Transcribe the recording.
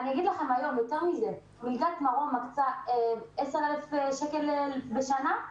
יותר מזה, מלגת מרום מקצה 10,000 שקלים בשנה.